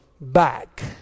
back